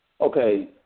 Okay